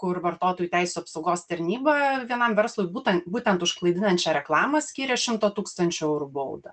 kur vartotojų teisių apsaugos tarnyba vienam verslui būtent būtent už klaidinančią reklamą skyrė šimto tūkstančių eurų baudą